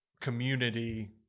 community